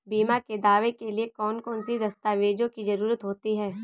बीमा के दावे के लिए कौन कौन सी दस्तावेजों की जरूरत होती है?